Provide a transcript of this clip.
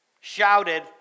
shouted